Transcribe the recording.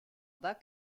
bas